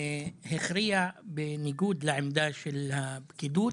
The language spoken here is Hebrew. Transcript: הכריע בניגוד לעמדה של הפקידות.